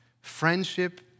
friendship